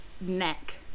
neck